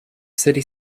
city